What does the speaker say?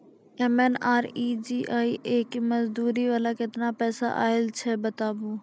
MNREGA के मज़दूरी वाला केतना पैसा आयल छै बताबू?